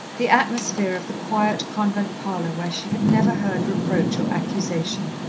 the atmosphere of the quiet convent parlour where she had never heard reproach or accusation.